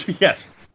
yes